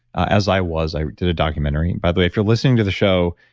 as i was, i did a documentary. by the way if you're listening to the show,